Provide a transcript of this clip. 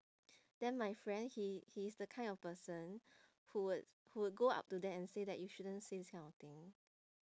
then my friend he he is the kind of person who would who would go up to them and say that you shouldn't say this kind of thing